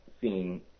seeing –